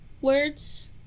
words